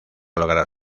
lograr